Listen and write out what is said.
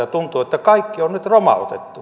tuntuu että kaikki on nyt romautettu